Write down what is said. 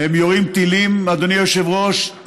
הם יורים טילים, אדוני היושב-ראש,